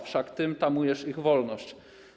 Wszak tym tamujesz ich wolność.